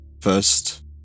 first